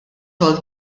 xogħol